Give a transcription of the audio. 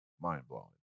mind-blowing